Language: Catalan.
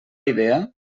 idea